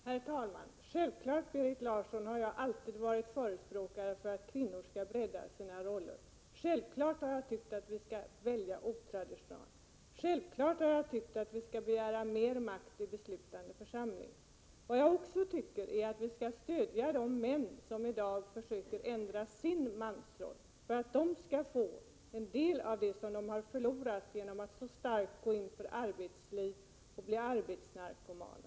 Herr talman! Självfallet, Berit Larsson, har jag alltid varit förespråkare för att kvinnor skall bredda sina roller. Självfallet har jag alltid tyckt att kvinnor skall välja otraditionella yrken. Självfallet har jag alltid tyckt att kvinnor skall begära mer makt i beslutande församlingar. Vad jag också tycker är att vi skall stödja de män som i dag försöker ändra sin mansroll för att de skall få en del av det som de har förlorat genom att så starkt gå in för arbetslivet och bli arbetsnarkomaner.